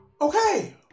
okay